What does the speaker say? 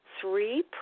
three